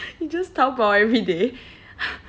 you just Taobao every day